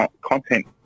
content